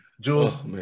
Jules